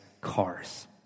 cars